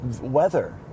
weather